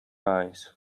eyes